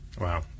Wow